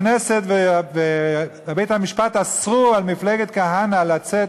הכנסת ובית-המשפט אסרו על מפלגת כהנא לצאת